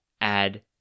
add